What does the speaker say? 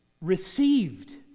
received